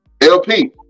lp